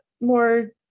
more